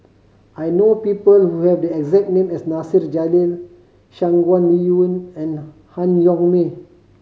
I know people who have the exact name as Nasir Jalil Shangguan Liuyun and Han Yong May